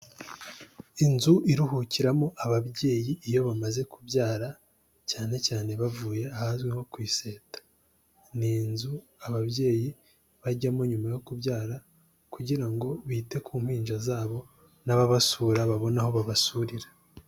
Inzu iruhukiramo ababyeyi iyo bamaze kubyara cyane cyane bavuye ahazwi nko kwiseta, n'inzu ababyeyi bajyamo nyuma yo kubyara kugira ngo bite ku mpinja zabo n'ababasura babone aho babasurira.